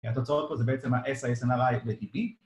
כי התוצאות פה זה בעצם ה-S, ה-SNRI ו-TP